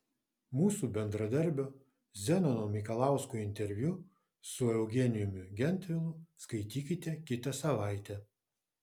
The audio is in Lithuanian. mūsų bendradarbio zenono mikalausko interviu su eugenijumi gentvilu skaitykite kitą savaitę